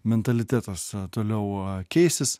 mentalitetas toliau keisis